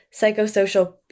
psychosocial